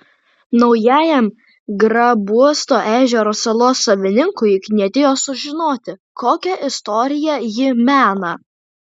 naujajam grabuosto ežero salos savininkui knietėjo sužinoti kokią istoriją ji mena